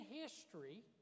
history